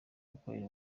gukorera